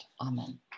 Amen